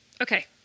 Okay